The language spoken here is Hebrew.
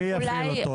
מי יפעיל אותו?